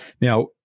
Now